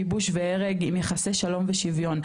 כיבוש והרג עם יחסי שלום ושוויון.